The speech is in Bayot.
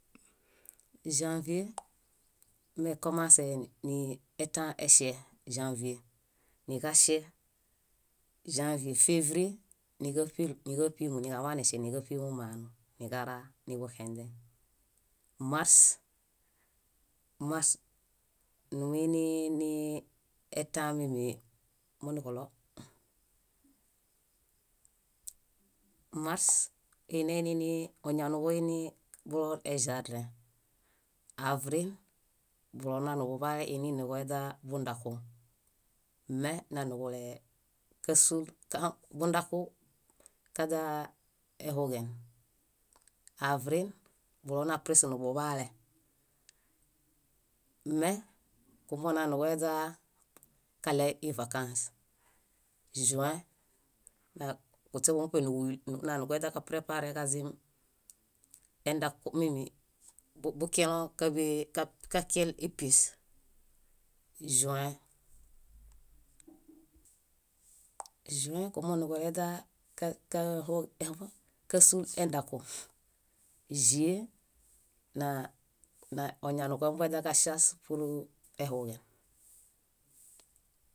Ĵãvie meekomãse ni etã eŝe ĵãvie, niġaŝie ĵãvie. Févrie níġaṗiru níġaṗimu niġaḃaneŝe níġaṗimu manu niġara niḃuxenźẽ. Mars, mars nimuini nii etã mími munuġuɭo; mars ineini nii oñaniġuinii bulor eĵardẽ. Avril, bulonanuḃuḃale iininuġueźaa bundaku. Me naniġulee kásol kã- bunbaku kaźaa ehuġen. Avril bulonapreske nuḃuḃaale. Me kumooġo nanuġueźaa kaɭeġivakããs. Ĵúẽ kuśeḃuġo muṗe núġuhu nanueźa kaprepare kazim endaku mími bukielõ káḃee kakĩel épies. Ĵúẽ kumooġuleźaa ka- ka- kásul endaku. Ĵíe naa- na- oñanuġuombaġaŝias pur ehuġen.